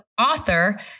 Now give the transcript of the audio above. author